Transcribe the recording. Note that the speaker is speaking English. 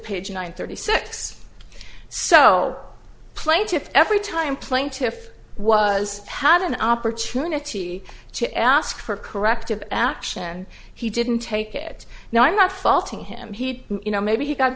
page one thirty six so plaintiffs every time plaintiff was had an opportunity to ask for corrective action he didn't take it now i'm not faulting him he you know maybe he got